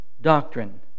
doctrine